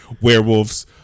werewolves